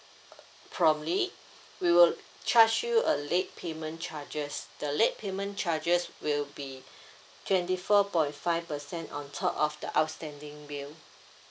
probably we will charge you a late payment charges the late payment charges will be twenty four point five percent on top of the outstanding bill